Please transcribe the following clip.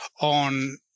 on